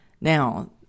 Now